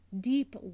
deep